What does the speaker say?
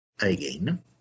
again